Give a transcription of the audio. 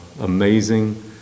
amazing